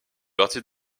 partie